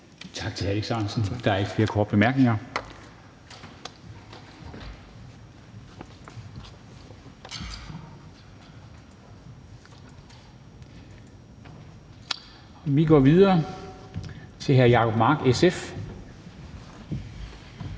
Tak til hr. Alex Ahrendtsen. Der er ikke flere korte bemærkninger. Vi går videre til hr. Jacob Mark, SF.